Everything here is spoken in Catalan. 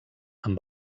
amb